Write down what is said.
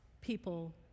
people